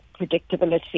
predictability